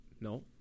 No